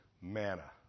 manna